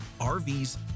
RVs